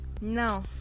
Now